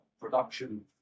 production